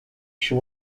she